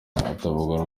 atavuga